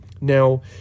Now